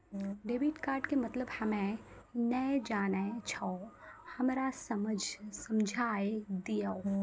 Debit card के मतलब हम्मे नैय जानै छौ हमरा समझाय दियौ?